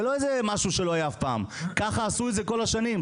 זה לא משהו שלא היה אף פעם, ככה עשו כל השנים.